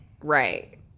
Right